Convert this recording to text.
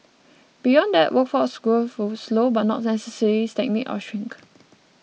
beyond that workforce growth would slow but not necessarily stagnate or shrink